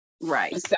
Right